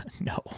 No